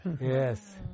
Yes